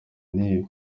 n’ibi